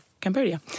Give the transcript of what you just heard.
Cambodia